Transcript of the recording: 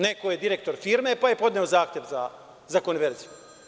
Neko je direktor firme, pa je podneo zahtev za konverziju.